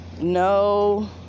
No